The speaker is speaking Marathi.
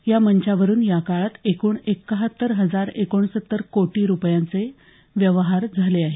या मंचावरून याकाळात एकूण एक्काहत्तर हजार एकोणसत्तर कोटी रुपयांचे व्यवहार झाले आहेत